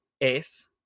es